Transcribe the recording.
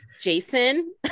jason